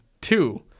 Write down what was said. two